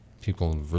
people